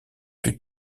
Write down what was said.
plus